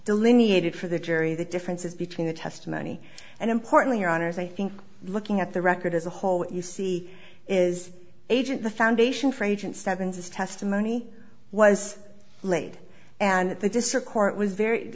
delineated for the jury the differences between the testimony and importantly your honour's i think looking at the record as a whole you see is agent the foundation for agent seven says testimony was made and the district court was very